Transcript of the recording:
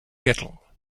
kettle